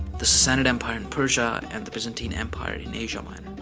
the sassanid empire in persia and the byzantine empire in asia minor.